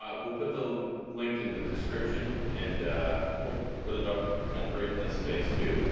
ah we'll put the link in the description and we'll put it up kind of right in this space too.